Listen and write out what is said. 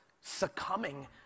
succumbing